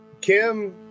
Kim